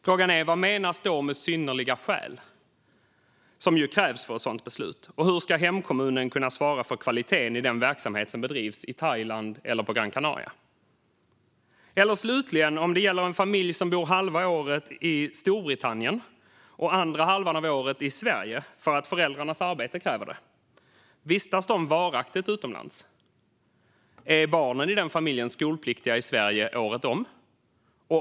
Frågan är vad som menas med synnerliga skäl, som ju krävs för ett sådant beslut. Och hur ska hemkommunen kunna svara för kvaliteten i den verksamhet som bedrivs i Thailand eller på Gran Canaria? Vistas en familj som bor halva året i Storbritannien och den andra halvan av året i Sverige därför att föräldrarnas arbete kräver det varaktigt utomlands? Är barnen i den familjen skolpliktiga i Sverige året om?